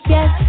Yes